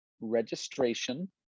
registration